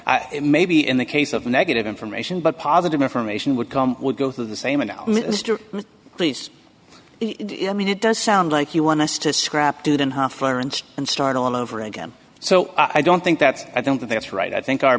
maybe in the case of negative information but positive information would come would go through the same mr please i mean it does sound like you want us to scrap two than half learned and start all over again so i don't think that i don't that's right i think our